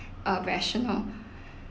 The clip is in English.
uh rational